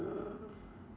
ah